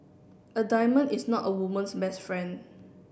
a diamond is not a woman's best friend